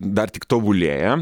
dar tik tobulėja